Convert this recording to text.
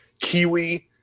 Kiwi